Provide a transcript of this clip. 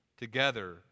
together